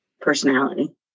Personality